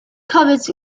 covers